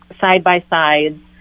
side-by-sides